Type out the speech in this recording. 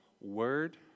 word